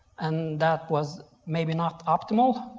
and that was maybe not optimal,